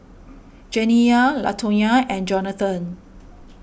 Janiyah Latonya and Jonathon